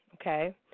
Okay